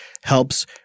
helps